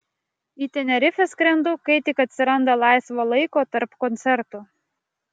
į tenerifę skrendu kai tik atsiranda laisvo laiko tarp koncertų